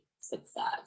success